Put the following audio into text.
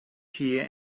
here